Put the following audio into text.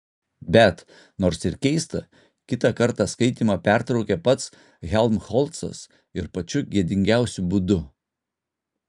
bet nors ir keista kitą kartą skaitymą pertraukė pats helmholcas ir pačiu gėdingiausiu būdu